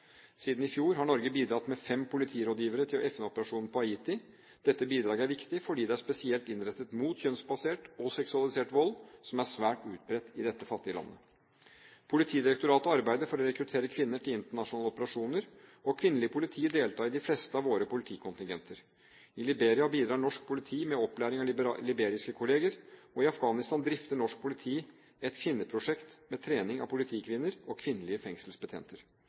Siden i fjor har Norge bidratt med fem politirådgivere til FN-operasjonen i Haiti. Dette bidraget er viktig fordi det er spesielt innrettet mot kjønnsbasert og seksualisert vold, som er svært utbredt i dette fattige landet. Politidirektoratet arbeider for å rekruttere kvinner til internasjonale operasjoner, og kvinnelig politi deltar i de fleste av våre politikontingenter. I Liberia bidrar norsk politi med opplæring av liberiske kolleger, og i Afghanistan drifter norsk politi et kvinneprosjekt med trening av politikvinner og kvinnelige fengselsbetjenter.